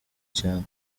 cyane